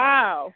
Wow